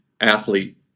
athlete